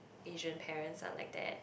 Asian parents are like that